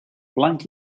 blanc